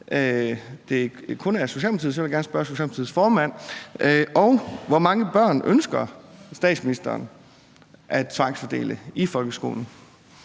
det kun er Socialdemokratiets holdning, vil jeg gerne spørge Socialdemokratiets formand: Hvor mange børn ønsker man at der skal tvangsfordeles i folkeskolen?